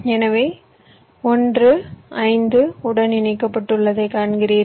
எனவே 1 5 உடன் இணைக்கப்பட்டுள்ளதை காண்கிறீர்கள்